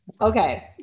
Okay